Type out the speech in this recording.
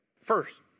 First